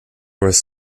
was